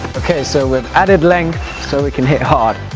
ok so we have added length so we can hit hard